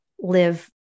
live